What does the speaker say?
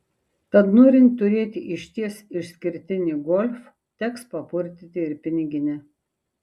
tad norint turėti išties išskirtinį golf teks papurtyti ir piniginę